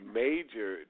major